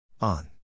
on